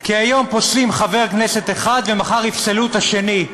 כי היום פוסלים חבר כנסת אחד ומחר יפסלו את השני.